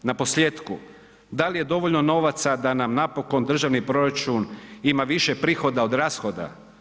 Naposljetku da li je dovoljno novaca da nam državni proračun ima više prihoda od rashoda.